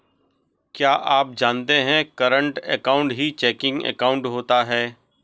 क्या आप जानते है करंट अकाउंट ही चेकिंग अकाउंट होता है